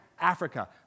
Africa